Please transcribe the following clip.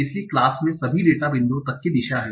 इसलिए क्लास से सभी डेटा बिंदुओं तक की दिशा है